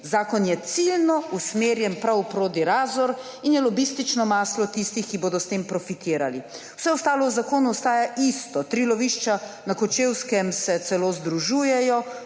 zakon je ciljno usmerjen prav v Prodi-Razor in je lobistično maslo tistih, ki bodo s tem profitirali. Vse ostalo v zakonu ostaja isto. Tri lovišča na Kočevskem se celo združujejo,